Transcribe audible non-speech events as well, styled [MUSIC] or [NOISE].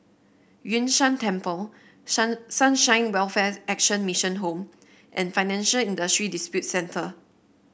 Yun Shan Temple [UNINTELLIGIBLE] Sunshine Welfare Action Mission Home and Financial Industry Disputes Center